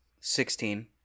Sixteen